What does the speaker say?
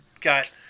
got